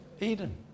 Eden